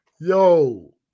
Yo